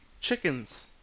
Chickens